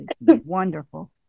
wonderful